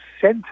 center